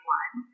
one